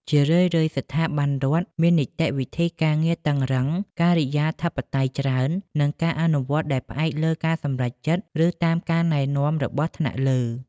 ជារឿយៗ ស្ថាប័នរដ្ឋមាននីតិវិធីការងារតឹងរ៉ឹង ការិយាធិបតេយ្យច្រើន និងការអនុវត្តដែលផ្អែកលើការសម្រេចចិត្ត ឬតាមការណែនាំរបស់ថ្នាក់លើ។